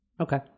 Okay